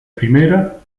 primera